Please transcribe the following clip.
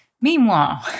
Meanwhile